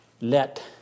Let